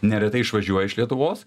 neretai išvažiuoja iš lietuvos